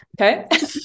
okay